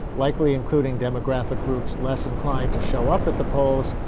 likely including demographic groups less inclined to show up at the polls,